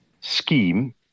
scheme